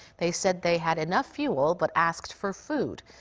they said they had enough fuel, but asked for food.